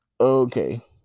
Okay